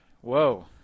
Whoa